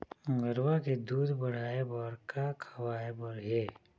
गरवा के दूध बढ़ाये बर का खवाए बर हे?